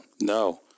no